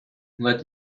let